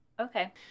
Okay